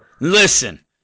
Listen